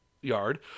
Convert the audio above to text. yard